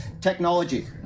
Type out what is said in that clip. technology